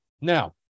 Now